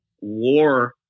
war